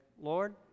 Lord